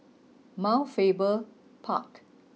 Mount Faber Park